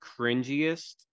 cringiest